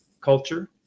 culture